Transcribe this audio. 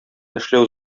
эшләү